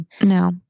no